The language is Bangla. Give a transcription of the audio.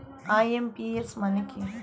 আই.এম.পি.এস মানে কি?